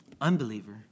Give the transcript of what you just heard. Unbeliever